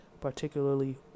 particularly